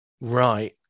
right